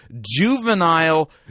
juvenile